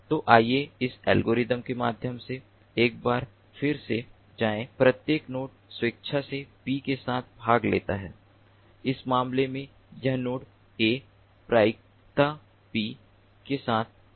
तो आइए इस एल्गोरिथ्म के माध्यम से एक बार फिर से जाएं प्रत्येक नोड स्वेच्छा से P के साथ भाग लेता है इस मामले में यह नोड A प्रायिकता P के साथ भाग लेता है